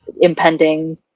impending